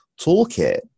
toolkit